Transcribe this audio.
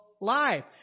life